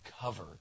cover